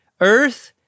Earth